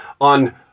on